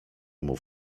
mów